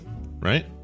right